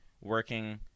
working